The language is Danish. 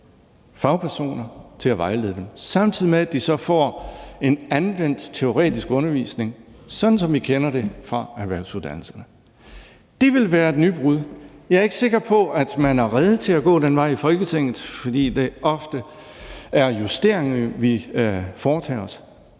fagpersoner til at vejlede dem, samtidig med at de så får en anvendt teoretisk undervisning, sådan som vi kender det fra erhvervsuddannelserne. Det vil være et nybrud. Jeg er ikke sikker på, at man er rede til at gå den vej i Folketinget, fordi det ofte er justeringer, vi foretager os,